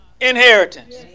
inheritance